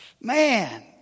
Man